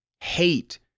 hate